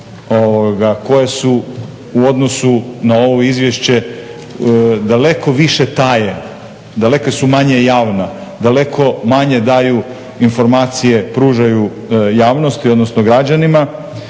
koje su u odnosu na ovo izvješće daleko više taje, daleko su manje javna, daleko manje daju informacije i pružaju javnosti, odnosno građanima